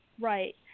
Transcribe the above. Right